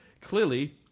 Clearly